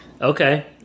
Okay